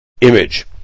image